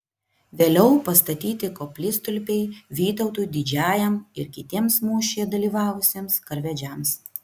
vėliau pastatyti koplytstulpiai vytautui didžiajam ir kitiems mūšyje dalyvavusiems karvedžiams